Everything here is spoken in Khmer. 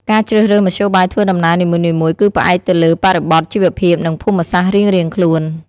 ការជ្រើសរើសមធ្យោបាយធ្វើដំណើរនីមួយៗគឺផ្អែកទៅលើបរិបទជីវភាពនិងភូមិសាស្ត្ររៀងៗខ្លួន។